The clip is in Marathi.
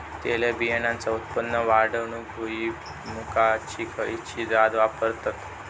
तेलबियांचा उत्पन्न वाढवूक भुईमूगाची खयची जात वापरतत?